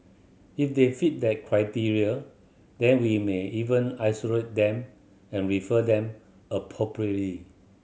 if they fit that criteria then we may even isolate them and refer them appropriately